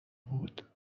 بود